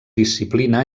disciplina